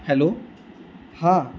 hello हां